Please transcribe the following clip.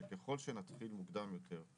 הוא שככל שנתחיל בשלב מוקדם יותר,